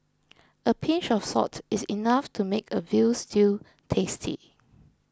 a pinch of salt is enough to make a Veal Stew tasty